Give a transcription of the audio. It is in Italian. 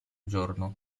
giorno